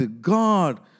God